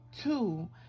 Two